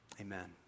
Amen